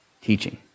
teaching